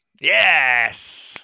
Yes